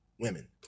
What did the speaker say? women